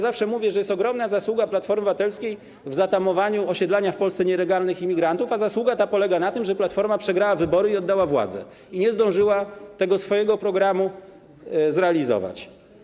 Zawsze mówię, że jest ogromna zasługa Platformy Obywatelskiej w zatamowaniu osiedlania w Polsce nielegalnych imigrantów, a zasługa ta polega na tym, że Platforma przegrała wybory i oddała władzę i nie zdążyła tego swojego programu zrealizować.